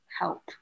help